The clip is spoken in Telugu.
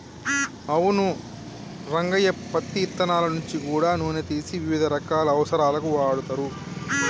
అవును రంగయ్య పత్తి ఇత్తనాల నుంచి గూడా నూనె తీసి వివిధ రకాల అవసరాలకు వాడుతరు